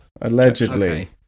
Allegedly